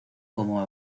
como